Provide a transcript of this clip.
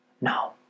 No